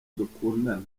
dukundana